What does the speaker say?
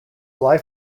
lie